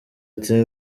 ati